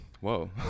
whoa